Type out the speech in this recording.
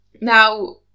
Now